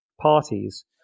parties